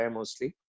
mostly